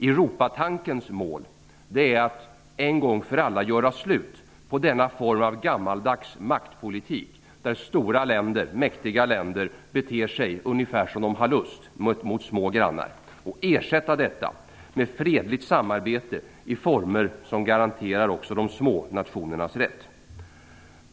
Europatankens mål är att en gång för alla göra slut på den form av gammaldags maktpolitik där stora och mäktiga länder beter sig ungefär som de har lust till mot små grannar och ersätta detta med fredligt samarbete i former som garanterar också de små nationernas rätt.